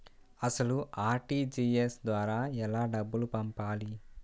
అసలు అర్.టీ.జీ.ఎస్ ద్వారా ఎలా డబ్బులు పంపాలి?